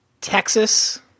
Texas